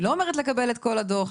אני לא אומרת לקבל את כל הדו"ח,